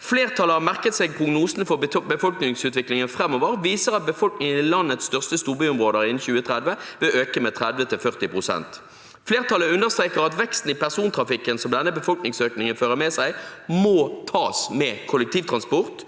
«Flertallet har merket seg at prognosene for befolkningsutviklingen fremover viser at befolkningen i landets største storbyområder innen 2030 vil øke med 30–40 prosent. Flertallet understreker at veksten i persontransporten som denne befolkningsøkningen fører med seg må tas med kollektivtransport,